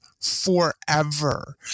forever